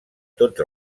tots